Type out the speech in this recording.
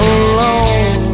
alone